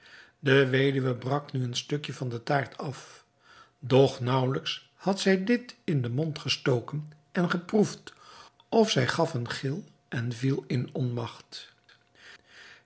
de weduwe brak nu een stukje van de taart af doch naauwelijks had zij dit in den mond gestoken en geproefd of zij gaf een gil en viel in onmagt